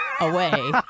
away